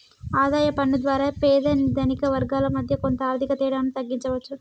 ఆదాయ పన్ను ద్వారా పేద ధనిక వర్గాల మధ్య కొంత ఆర్థిక తేడాను తగ్గించవచ్చు